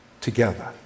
together